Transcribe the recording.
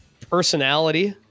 personality